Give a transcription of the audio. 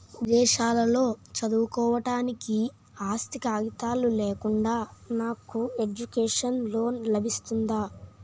విదేశాలలో చదువుకోవడానికి ఆస్తి కాగితాలు లేకుండా నాకు ఎడ్యుకేషన్ లోన్ లబిస్తుందా?